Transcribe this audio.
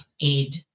aid